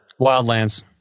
wildlands